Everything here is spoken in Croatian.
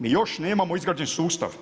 Mi još nemamo izgrađen sustav.